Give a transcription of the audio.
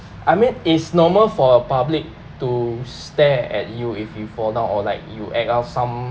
I mean is normal for a public to stare at you if you fall down or like you act out some